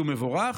שהוא מבורך,